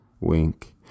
wink